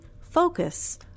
focus